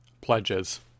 pledges